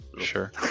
Sure